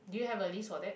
do you have a list for that